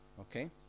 Okay